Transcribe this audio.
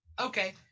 okay